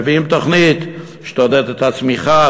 מביאים תוכנית שתעודד את הצמיחה,